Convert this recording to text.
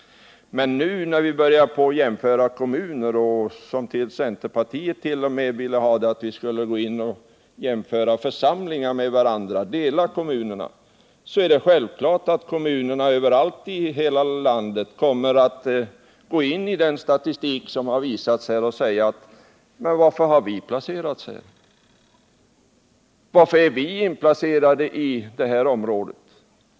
Men när vi börjar jämföra kommuner — centerpartiet vill ju t.o.m. att vi skall jämföra församlingar med varandra —är det självklart att kommunerna i hela landet, med utgångspunkt i den statistik som visats här, kommer att säga: Varför är vi inplacerade i det här området?